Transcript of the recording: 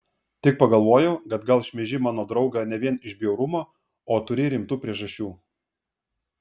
tik pagalvojau kad gal šmeiži mano draugą ne vien iš bjaurumo o turi rimtų priežasčių